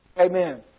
Amen